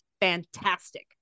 fantastic